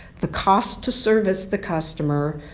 the cost to service the customer,